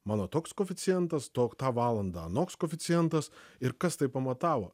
mano toks koeficientas tok tą valandą anoks koeficientas ir kas tai pamatavo